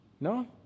No